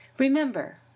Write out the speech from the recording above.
Remember